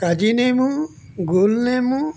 কাজি নেমু গোল নেমু